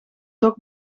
toch